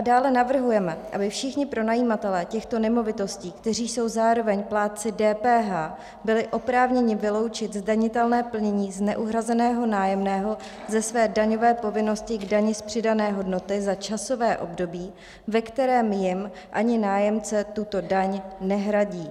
Dále navrhujeme, aby všichni pronajímatelé těchto nemovitostí, kteří jsou zároveň plátci DPH, byli oprávněni vyloučit zdanitelné plnění z neuhrazeného nájemného ze své daňové povinnosti k dani z přidané hodnoty za časové období, ve kterém jim ani nájemce tuto daň nehradí.